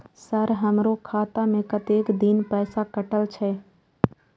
Sir हमारो खाता में कतेक दिन पैसा कटल छे?